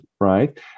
right